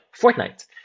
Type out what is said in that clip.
Fortnite